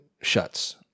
shuts